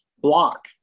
block